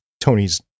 Tony's